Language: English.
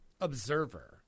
observer